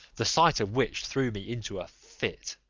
the sight of which threw me into a fit.